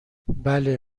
بله